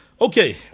Okay